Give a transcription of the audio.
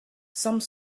some